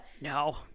No